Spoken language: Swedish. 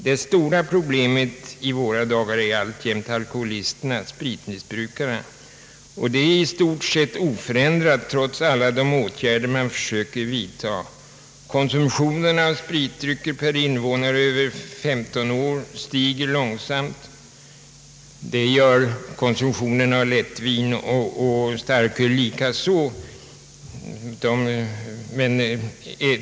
Det stora problemet i våra dagar är alltjämt alkoholisterna, spritmissbrukarna, och det är i stort sett oförändrat trots alla de åtgärder man försökt att vidta. Konsumtionen av spritdrycker per innevånare över 15 år stiger långsamt. Det gör konsumtionen av lättvin och starköl likaså.